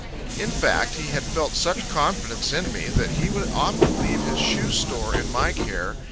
in fact, he had felt such confidence in me, that he would often leave his shoe store in my care,